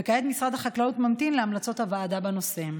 וכעת משרד החקלאות ממתין להמלצות הוועדה בנושא.